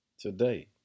Today